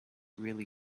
really